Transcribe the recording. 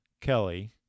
Kelly